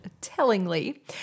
tellingly